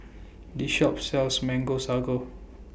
This Shop sells Mango Sago